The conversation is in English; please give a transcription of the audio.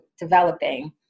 developing